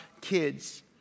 kids